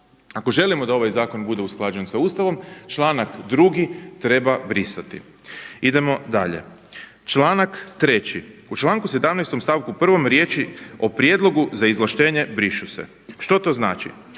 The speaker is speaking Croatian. ako želimo da ovaj zakon bude usklađen sa Ustavom, članak 2. treba brisati. Idemo dalje. Članak 3. „U članku 17. stavku 1. riječi o prijedlogu za izvlaštenje brišu se“. Što to znači?